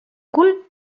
cul